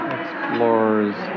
Explores